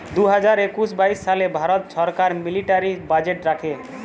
দু হাজার একুশ বাইশ সালে ভারত ছরকার মিলিটারি বাজেট রাখে